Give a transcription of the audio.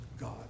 God